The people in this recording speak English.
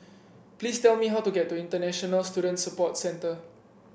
please tell me how to get to International Student Support Centre